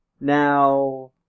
now